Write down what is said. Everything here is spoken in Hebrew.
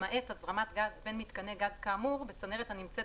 למעט הזרמת גז בין מיתקני גז כאמור בצנרת הנמצאת